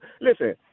Listen